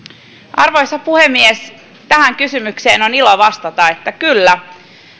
arvoisa puhemies tähän kysymykseen on ilo vastata että kyllä